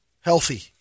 Healthy